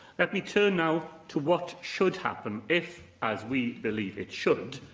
let me turn now to what should happen, if, as we believe it should,